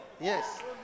Yes